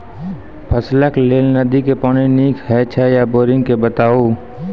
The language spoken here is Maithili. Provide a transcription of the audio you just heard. फसलक लेल नदी के पानि नीक हे छै या बोरिंग के बताऊ?